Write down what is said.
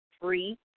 Free